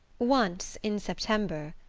once, in september,